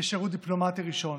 כשירות דיפלומטי ראשון.